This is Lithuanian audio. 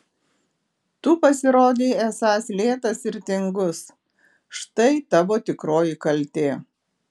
tu pasirodei esąs lėtas ir tingus štai tavo tikroji kaltė